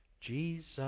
Jesus